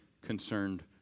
concerned